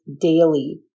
daily